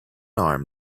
arm